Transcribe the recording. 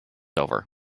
over